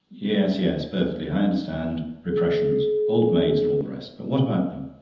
yes, yes. perfectly. understand. repressions! old maids and all the rest. but what about them?